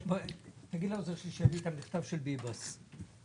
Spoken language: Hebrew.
והשלטון המקומי ב-25%?